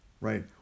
right